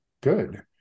good